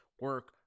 Work